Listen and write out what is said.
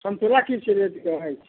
सन्तोला कि छै रेटके अछि